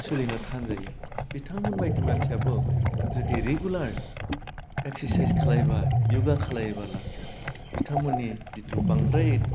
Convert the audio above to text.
सोलिनो थान जायो बिथांमोन बायदि मानसियाबो जुदि रेगुलार एक्सासाइस खालायबा य'गा खालायब्ला बिथांमोननि जिथु बांद्राय